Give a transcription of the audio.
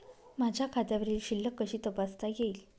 माझ्या खात्यावरील शिल्लक कशी तपासता येईल?